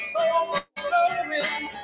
overflowing